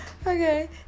okay